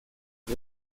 par